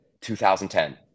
2010